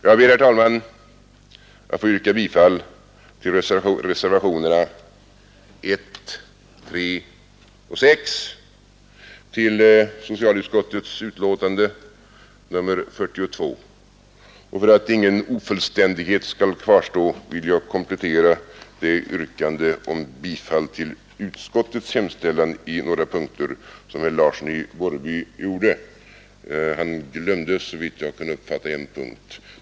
Jag ber, herr talman, att få yrka bifall till reservationerna 1, 3 och 6 till socialutskottets betänkande nr 42. För att ingen ofullständighet skall kvarstå vill jag komplettera det yrkande om bifall till utskottets hemställan i några punkter som herr Larsson i Borrby ställde. Han glömde, såvitt jag kunde uppfatta, en punkt.